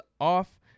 off